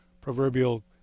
proverbial